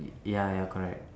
ya ya correct